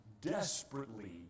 desperately